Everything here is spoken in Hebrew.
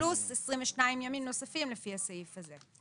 פלוס 22 ימים נוספים לפי הסעיף הזה.